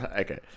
Okay